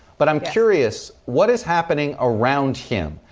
but i'm curious, what is happening around him?